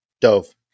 dove